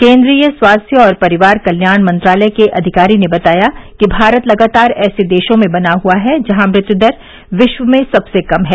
केन्द्रीय स्वास्थ्य और परिवार कल्याण मंत्रालय के अधिकारी ने बताया कि भारत लगातार ऐसे देशों में बना हुआ है जहां मृत्यु दर विश्व में सबसे कम है